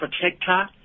protector